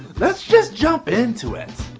let's just jump into it.